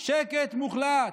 שקט מוחלט".